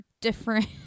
different